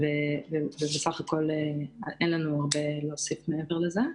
בסך הכול אין לנו מה להוסיף בנושא הזה.